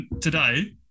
today